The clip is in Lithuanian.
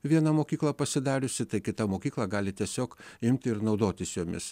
vieną mokyklą pasidariusi tai kita mokykla gali tiesiog imti ir naudotis jomis